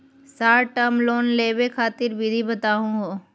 Short term loan लेवे खातीर विधि बताहु हो?